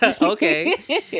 Okay